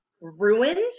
ruined